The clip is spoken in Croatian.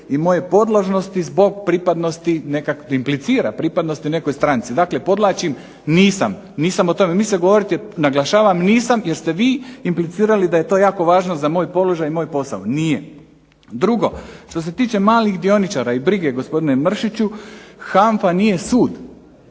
i moje podložnosti zbog pripadnosti nekoj stranci. Podvlačim, nisam o tome mislio govoriti, naglašavam nisam, jer ste vi implicirali da je to jako važno za moj položaj i moj posao. Nije. Drugo, što se tiče malih dioničara i brige gospodine Mršiću HANFA nije sud,